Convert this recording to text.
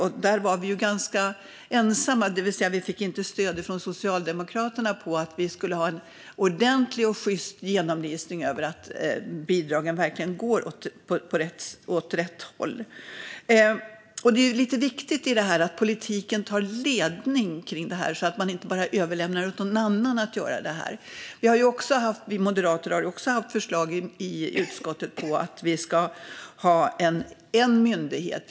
Vi var ganska ensamma; vi fick alltså inte stöd från Socialdemokraterna i fråga om att ha en ordentlig och sjyst genomlysning för att se att bidragen verkligen går åt rätt håll. Det är lite viktigt att politiken tar ledningen i det här, så att man inte bara överlämnar åt någon annan att göra det. Vi moderater har också lagt fram förslag i utskottet om att ha en myndighet.